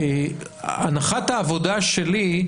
הנחת העבודה שלי היא